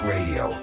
Radio